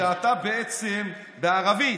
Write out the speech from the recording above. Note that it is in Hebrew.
בערבית,